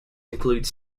include